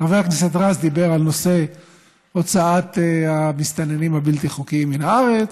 חבר הכנסת רז דיבר על נושא הוצאת המסתננים הבלתי-חוקיים מן הארץ,